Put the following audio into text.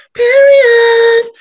period